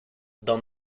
dans